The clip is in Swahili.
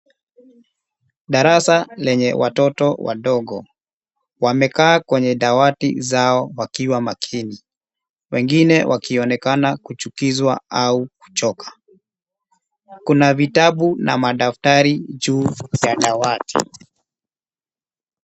Darasa lenye watoto wadogo. Wamekaa kwenye dawati zao wakiwa makini. Wengine wakionekana kuchukizwa au kuchoka. Kuna vitabu na madaftari juu ya dawati.